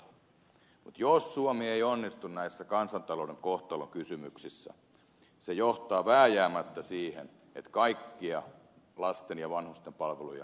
mutta jos suomi ei onnistu näissä kansantalouden kohtalonkysymyksissä se johtaa vääjäämättä siihen että kaikkia lasten ja vanhusten palveluja joudutaan leikkaamaan